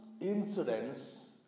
incidents